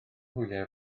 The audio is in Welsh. hwyliau